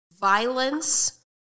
violence